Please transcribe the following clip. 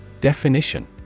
Definition